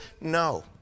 No